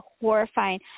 horrifying